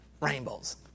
Rainbows